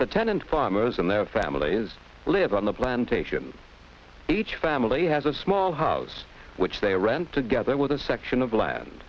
the tenant farmers and their families live on the plantation each family has a small house which they rent together with a section of la